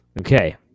Okay